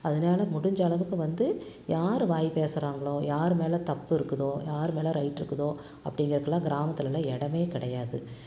அதனால் முடிஞ்சளவுக்கு வந்து யார் வாய் பேசுறாங்களோ யார் மேலே தப்பு இருக்குதோ யார் மேலே ரைட் இருக்குதோ அப்டிங்கிறதுக்கெல்லாம் கிராமத்திலல்லாம் இடமே கிடையாது